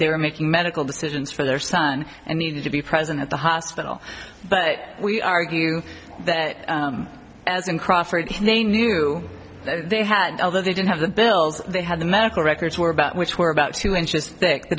were making medical decisions for their son and needed to be present at the hospital but we argue as in crawford and they knew who they had although they didn't have the bills they had the medical records were about which were about two inches thick the